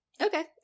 Okay